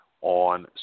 on